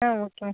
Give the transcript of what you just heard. ah okay ma'am